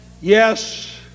Yes